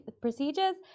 procedures